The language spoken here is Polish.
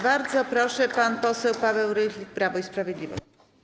Bardzo proszę, pan poseł Paweł Rychlik, Prawo i Sprawiedliwość.